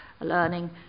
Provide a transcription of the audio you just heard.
learning